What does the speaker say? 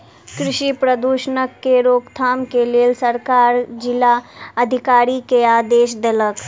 कृषि प्रदूषणक के रोकथाम के लेल सरकार जिला अधिकारी के आदेश देलक